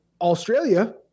Australia